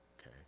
okay